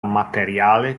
materiale